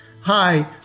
Hi